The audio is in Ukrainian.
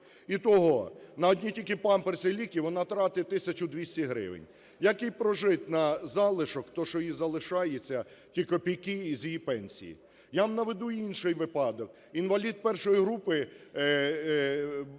Ітого: на одні тільки памперси і ліки вона тратить тисячу 200 гривень. Як їй прожити на залишок, то, що їй залишається, ті копійки з її пенсії? Я вам наведу інший випадок. Інвалід І групи пані